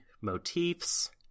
motifs